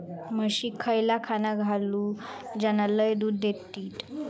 म्हशीक खयला खाणा घालू ज्याना लय दूध देतीत?